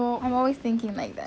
I'm always thinking like that